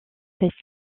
cette